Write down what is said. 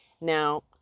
now